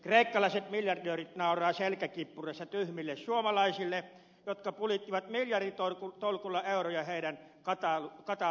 kreikkalaiset miljardöörit nauravat selkä kippurassa tyhmille suomalaisille jotka pulittivat miljarditolkulla euroja heidän kataluuksistaan